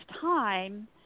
time